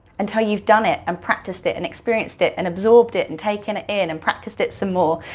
until you've done it and practiced it and experienced it and absorbed it and taken it in and practiced it some more.